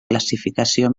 classificació